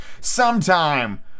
Sometime